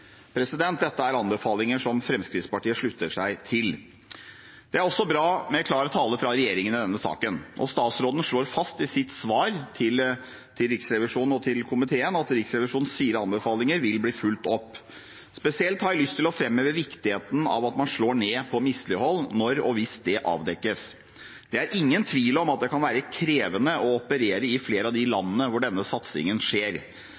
Dette er anbefalinger som Fremskrittspartiet slutter seg til. Det er også bra med klar tale fra regjeringen i denne saken, og statsråden slår fast i sitt svar til Riksrevisjonen og til komiteen at Riksrevisjonens fire anbefalinger vil bli fulgt opp. Spesielt har jeg lyst til å framheve viktigheten av at man slår ned på mislighold når og hvis det avdekkes. Det er ingen tvil om at det kan være krevende å operere i flere av de landene hvor denne satsingen skjer,